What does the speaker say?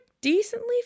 decently